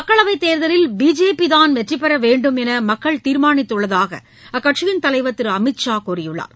மக்களவைத் தேர்தலில் பிஜேபி தான் வெற்றி பெற வேண்டும் என்று மக்கள் தீர்மானித்துள்ளதாக அக்கட்சியின் தலைவர் திரு அமித் ஷா கூறியுள்ளார்